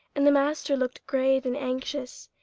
and the master looked grave and anxious.